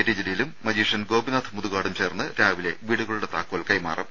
T ജലീലും magician Gopinath മുതുകാടും ചേർന്ന് രാവിലെ വീടുകളുടെ താക്കോൽ കൈമാറും